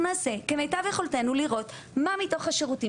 אנחנו נעשה כמיטב יכולתנו לראות מה מתוך השירותים